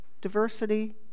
diversity